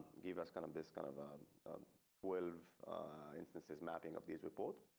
give us kind of this kind of a twelve instances mapping of these report.